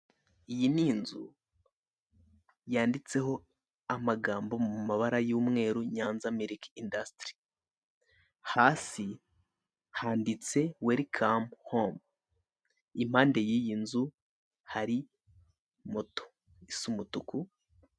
Iyi n'inzu yanditseho amagambo mumabara y'umweru "Nyanza milk industry" hasi handitse Welcome home, impande yiyi nzu hari moto isa umutuku.